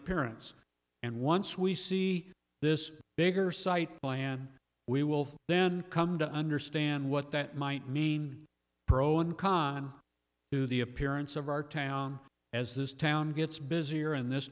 appearance and once we see this bigger site plan we will then come to understand what that might mean pro and con to the appearance of our town as this town gets busier in this